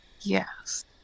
Yes